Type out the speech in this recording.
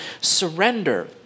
surrender